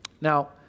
Now